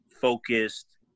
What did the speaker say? focused –